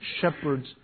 shepherds